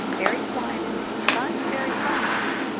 very quietly, but very firmly,